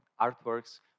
artworks